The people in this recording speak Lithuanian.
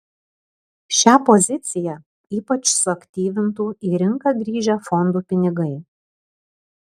šią poziciją ypač suaktyvintų į rinką grįžę fondų pinigai